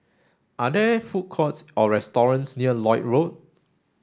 are there food courts or restaurants near Lloyd Road